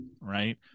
right